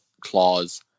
clause